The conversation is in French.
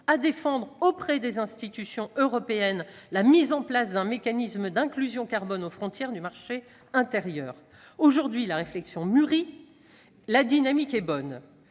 de défendre auprès des institutions européennes la mise en place d'un mécanisme d'inclusion carbone aux frontières du marché intérieur. Aujourd'hui, la réflexion mûrit, et la dynamique est bonne